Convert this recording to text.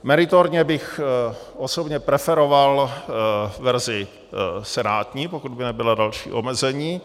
Meritorně bych osobně preferoval verzi senátní, pokud by nebyla další omezení.